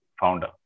founder